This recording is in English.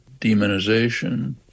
demonization